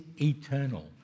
eternal